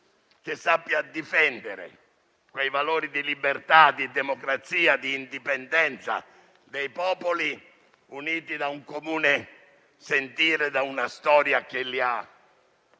che sappia difendere i valori di libertà, democrazia e indipendenza dei popoli uniti da un comune sentire e da una storia che li ha